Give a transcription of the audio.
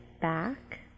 back